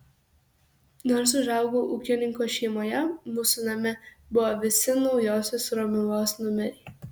nors užaugau ūkininkų šeimoje mūsų name buvo visi naujosios romuvos numeriai